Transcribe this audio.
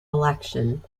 election